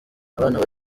abana